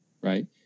right